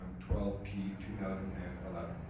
um twelve p two thousand and eleven.